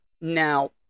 Now